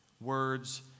Words